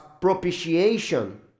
propitiation